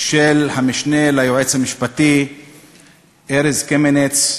של המשנה ליועץ המשפטי ארז קמיניץ,